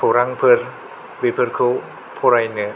खौरांफोर बेफोरखौ फरायनो